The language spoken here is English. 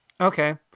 Okay